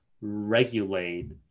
regulate